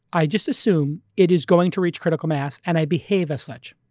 i just assume it is going to reach critical mass and i behave as such.